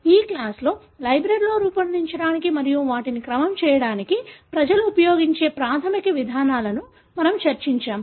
ఈ క్లాస్ లో లైబ్రరీలను రూపొందించడానికి మరియు వాటిని క్రమం చేయడానికి ప్రజలు ఉపయోగించే ప్రాథమిక విధానాలను మన ము చర్చించాము